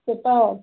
اچھا تاج